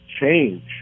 change